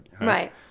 right